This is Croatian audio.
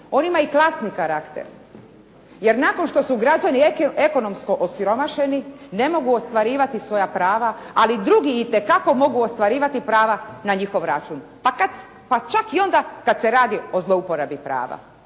On ima i klasni karakter, jer nakon što su građani ekonomsko osiromašeni ne mogu ostvarivati svoja prava, ali drugi itekako mogu ostvarivati prava na njihov račun pa čak i onda kad se radi o zlouporabi prava.